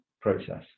process